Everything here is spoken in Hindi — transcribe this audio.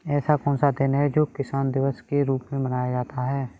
ऐसा कौन सा दिन है जो किसान दिवस के रूप में मनाया जाता है?